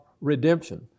redemption